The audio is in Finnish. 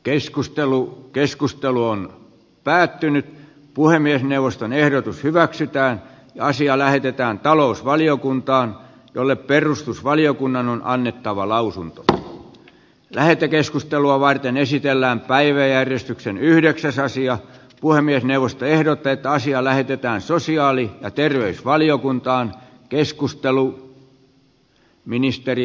keskustelu keskustelu on päättynyt puhemiesneuvoston ehdotus hyväksytään asia lähetetään talousvaliokuntaan jolle perustusvaliokunnan on annettava lausunto tai lähetekeskustelua varten esitellään päiväjärjestyksen yhdeksäs asiat puhemiesneuvosto ehdottaa että asia lähetetään sosiaali ja terveysvaliokuntaan